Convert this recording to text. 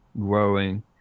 growing